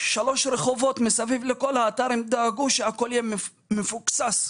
הם דאגו שהכול יהיה מפוקסס,